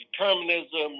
determinism